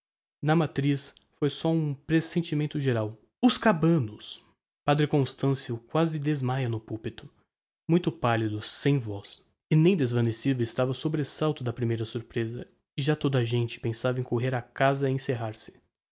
na matriz foi um só o presentimento geral os cabanos padre constancio quasi desmaia no pulpito muito pallido sem voz e nem desvanecido estava o sobresalto da primeira surpresa e já toda gente pensava em correr a casa e encerrar-se